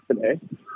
today